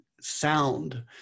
sound